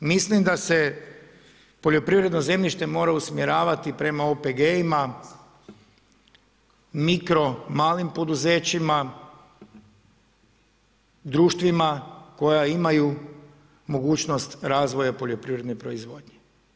Mislim da se poljoprivredno zemljište mora usmjeravati prema OPG-ima, mikro, malim poduzećima, društvima koja imaju mogućnost razvoja poljoprivredne proizvodnje.